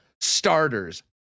starters